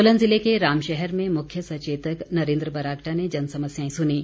सोलन ज़िले के रामशहर में मुख्य सचेतक नरेन्द्र बरागटा ने जन समस्याएं सुनीं